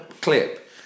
clip